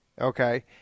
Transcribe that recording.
okay